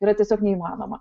yra tiesiog neįmanoma